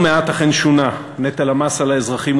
לא מעט אכן שונה: נטל המס על האזרחים